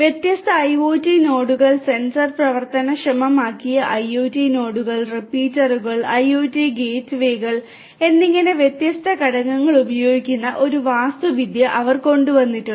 വ്യത്യസ്ത ഐഒടി നോഡുകൾ സെൻസർ പ്രവർത്തനക്ഷമമാക്കിയ ഐഒടി നോഡുകൾ റിപ്പീറ്ററുകൾ ഐഒടി ഗേറ്റ്വേകൾ എന്നിങ്ങനെ വ്യത്യസ്ത ഘടകങ്ങൾ ഉപയോഗിക്കുന്ന ഒരു വാസ്തുവിദ്യ അവർ കൊണ്ടുവന്നിട്ടുണ്ട്